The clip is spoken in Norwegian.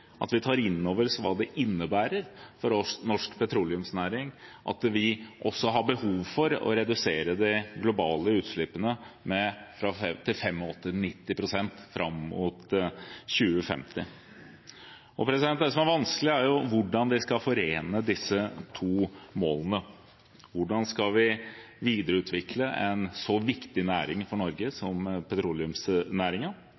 at vi tar innover oss hva det innebærer for norsk petroleumsnæring at vi også har behov for å redusere de globale utslippene med 85–90 pst. fram mot 2050. Det som er vanskelig, er å forene disse to målene. Hvordan skal vi videreutvikle en så viktig næring for Norge